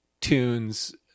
tunes